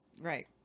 right